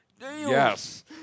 Yes